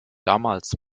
damals